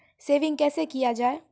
Saving कैसै किया जाय?